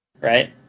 right